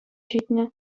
ҫитнӗ